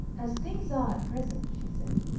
as things are at present, she said,